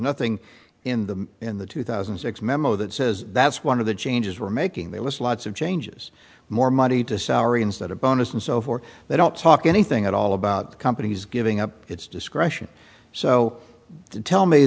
nothing in the in the two thousand and six memo that says that's one of the changes were making the list lots of changes more money to salary instead of bonus and so forth they don't talk anything at all about companies giving up its discretion so to tell me